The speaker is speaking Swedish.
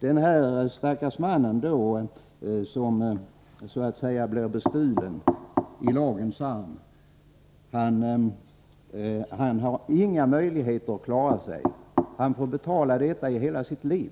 Den här stackars mannen, som så att säga blev bestulen i lagens namn, har inga möjligheter att klara sig. Han får betala detta i hela sitt liv.